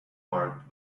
marked